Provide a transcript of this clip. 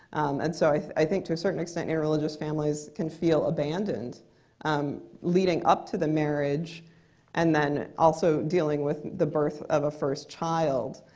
and so i i think to a certain extent, interreligious families can feel abandoned um leading up to the marriage and then also dealing with the birth of a first child.